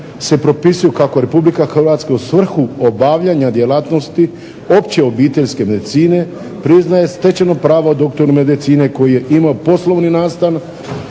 se propisuju kako Republika Hrvatska u svrhu obavljanja djelatnosti opće obiteljske medicine priznaje stečeno pravo doktoru medicine koji je imao poslovni nastan